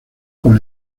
con